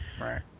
Right